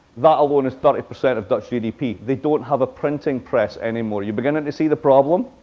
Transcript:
that alone is thirty percent of dutch gdp. they don't have a printing press anymore. are you beginning to see the problem?